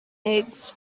eggs